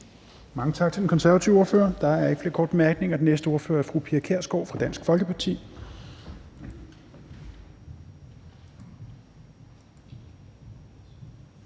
Mange tak til den konservative ordfører. Der er ikke flere korte bemærkninger. Den næste ordfører er fru Pia Kjærsgaard fra Dansk Folkeparti.